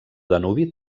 danubi